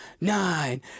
nine